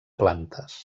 plantes